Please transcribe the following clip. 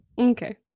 okay